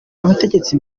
abategetsi